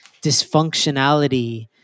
dysfunctionality